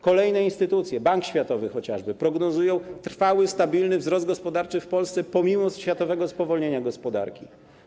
Kolejne instytucje, chociażby Bank Światowy, prognozują trwały, stabilny wzrost gospodarczy w Polsce pomimo światowego spowolnienia gospodarki.